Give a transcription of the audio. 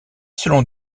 selon